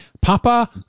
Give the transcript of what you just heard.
Papa